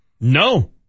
No